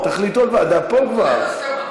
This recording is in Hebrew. תחליטו על ועדה פה כבר.